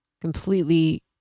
completely